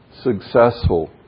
successful